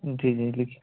जी जी जी